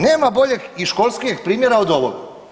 Nema boljeg i školskijeg primjera od ovoga.